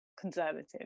conservative